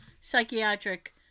psychiatric